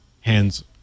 hands